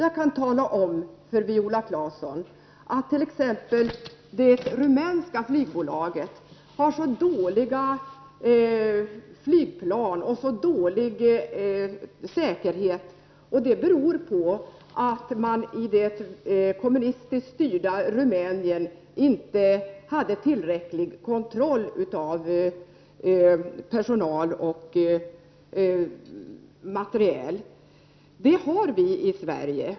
Jag kan tala om för Viola Claesson att det faktum att det rumänska flygbolaget har så dåliga flygplan och så dålig säkerhet beror på att man i det kommunistiskt styrda Rumänien inte hade tillräcklig kontroll av personal och materiel. Det har vi i Sverige.